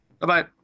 Bye-bye